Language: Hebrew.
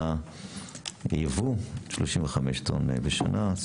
והיבוא 35 טון בשנה,